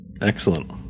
excellent